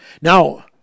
Now